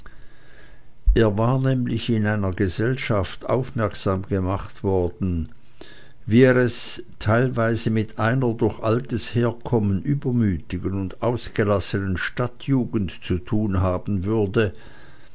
er war nämlich in einer gesellschaft aufmerksam gemacht worden wie er es teilweise mit einer durch altes herkommen übermütigen und ausgelassenen stadtjugend zu tun haben wurde